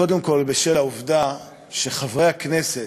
קודם כול בשל העובדה שחברי הכנסת,